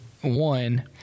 one